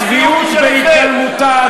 הצביעות בהתגלמותה,